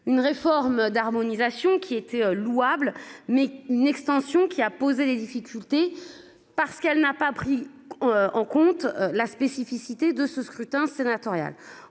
une réforme d'harmonisation qui était louable mais une extension qui a posé des difficultés. Parce qu'elle n'a pas pris. En compte la spécificité de ce scrutin sénatorial